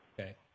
okay